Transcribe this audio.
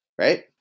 right